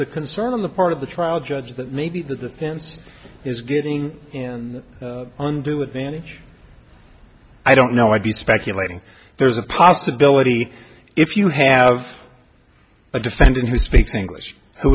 the concern on the part of the trial judge that maybe the defense is getting on do with damage i don't know i'd be speculating there's a possibility if you have a defendant who speaks english who